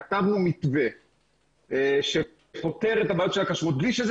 כתבנו מתווה שפותר את הבעיות של הכשרות בלי שזה